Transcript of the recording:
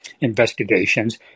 investigations